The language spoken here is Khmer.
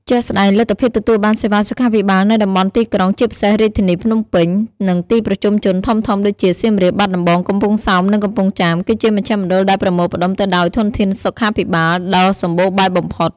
ជាក់ស្ដែង លទ្ធភាពទទួលបានសេវាសុខាភិបាលនៅតំបន់ទីក្រុង ជាពិសេសរាជធានីភ្នំពេញ និងទីប្រជុំជនធំៗដូចជា សៀមរាប បាត់ដំបង កំពង់សោម និងកំពង់ចាម គឺជាមជ្ឈមណ្ឌលដែលប្រមូលផ្តុំទៅដោយធនធានសុខាភិបាលដ៏សម្បូរបែបបំផុត។